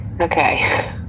Okay